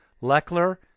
Leckler